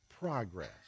progress